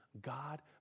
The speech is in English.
God